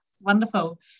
wonderful